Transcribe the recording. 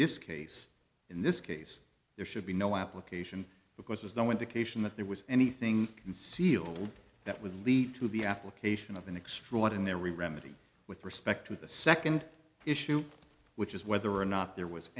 this case in this case there should be no application because there's no indication that there was anything concealed that would lead to the application of an extraordinary remedy with respect to the second issue which is whether or not there was